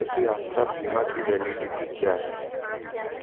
इस यात्रा बीमा की वैलिडिटी क्या है